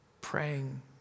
praying